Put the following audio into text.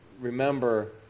remember